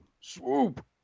swoop